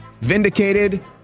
vindicated